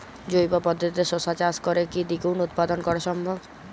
জৈব পদ্ধতিতে শশা চাষ করে কি দ্বিগুণ উৎপাদন করা সম্ভব?